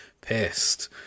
pissed